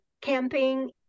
camping